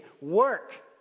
work